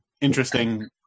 interesting